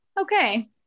okay